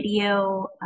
video